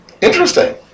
Interesting